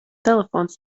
telefons